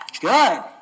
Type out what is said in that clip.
Good